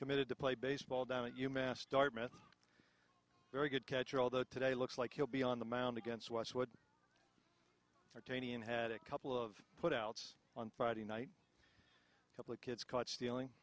committed to play baseball down at u mass dartmouth very good catcher although today looks like he'll be on the mound against what's what tony and had a couple of put outs on friday night a couple of kids caught stealing